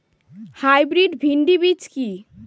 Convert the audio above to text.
Hybrid ভীন্ডি বীজ কি?